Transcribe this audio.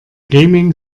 gaming